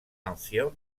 ancienne